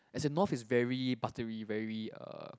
as a north is very buttery very uh